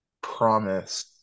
promise